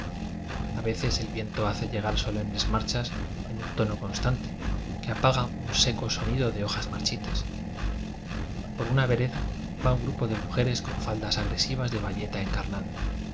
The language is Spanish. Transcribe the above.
a veces el viento hace llegar solemnes marchas en un tono cons tante que apaga un seco sonido de hojas marchitas por una vereda va un grupo de mujeres con faldas agresivas de baílela encarnada